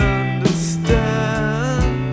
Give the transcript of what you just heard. understand